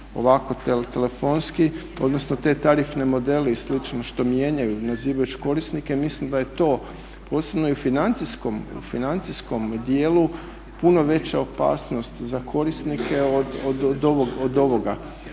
ovako telefonski, odnosno te tarifne modele i slično što mijenjaju nazivajući korisnike mislim da je to posebno i u financijskom dijelu puno veća opasnost za korisnike od ovoga.